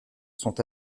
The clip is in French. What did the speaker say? sont